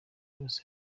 yose